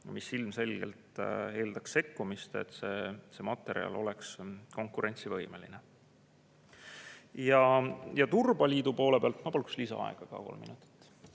mis ilmselgelt eeldaks sekkumist, et see materjal oleks konkurentsivõimeline. Ja turbaliidu poole pealt … Ma palun lisaaega kolm minutit.